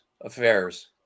affairs